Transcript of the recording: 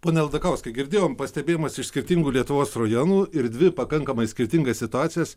pone aldakauskai girdėjom pastebėjimus iš skirtingų lietuvos rajonų ir dvi pakankamai skirtingas situacijas